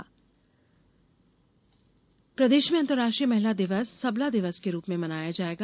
महिला दिवस प्रदेश प्रदेश में अंतर्राष्ट्रीय महिला दिवस सबला दिवस के रूप में मनाया जायेगा